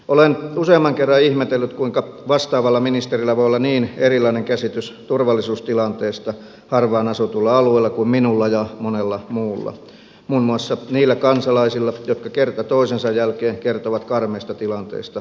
olen useamman kerran ihmetellyt kuinka vastaavalla ministerillä voi olla niin erilainen käsitys turvallisuustilanteesta harvaan asutulla alueella kuin minulla ja monella muulla muun muassa niillä kansalaisilla jotka kerta toisensa jälkeen kertovat karmeista tilanteista maaseudulla